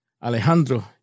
Alejandro